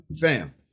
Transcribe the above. fam